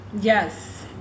yes